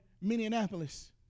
Minneapolis